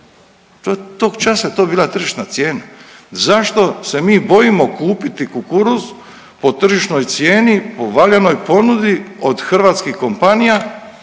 cijena, tog časa je to bila tržišna cijena. Zašto se mi bojimo kupiti kukuruz po tržišnoj cijeni po valjanoj ponudi od hrvatskih kompanija